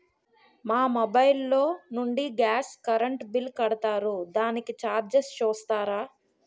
మా మొబైల్ లో నుండి గాస్, కరెన్ బిల్ కడతారు దానికి చార్జెస్ చూస్తారా?